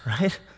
right